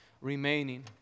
remaining